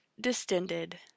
distended